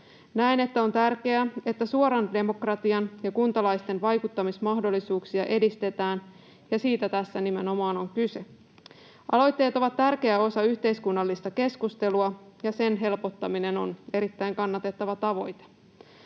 Näen, että on tärkeää, että suoraa demokratiaa ja kuntalaisten vaikuttamismahdollisuuksia edistetään, ja siitä tässä nimenomaan on kyse. Aloitteet ovat tärkeä osa yhteiskunnallista keskustelua, ja sen helpottaminen on erittäin kannatettava tavoite.